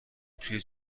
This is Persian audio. توی